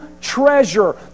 treasure